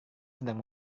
sedang